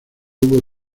hubo